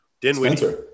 Dinwiddie